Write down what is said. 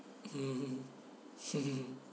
mmhmm